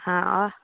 हँ आओर